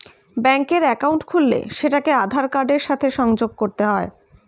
ব্যাঙ্কের অ্যাকাউন্ট খুললে সেটাকে আধার কার্ডের সাথে সংযোগ করতে হয়